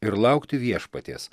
ir laukti viešpaties